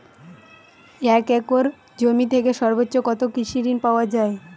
এক একর জমি থেকে সর্বোচ্চ কত কৃষিঋণ পাওয়া য়ায়?